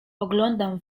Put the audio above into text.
oglądam